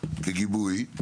כגיבוי,